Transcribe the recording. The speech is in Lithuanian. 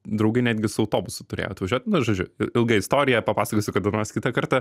draugai netgi su autobusu turėjo atvažiuot na žodžiu ilga istorija papasakosiu kada nors kitą kartą